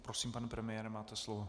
Prosím, pane premiére, máte slovo.